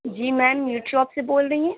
جی ma'am meat shop سے بول رہی ہیں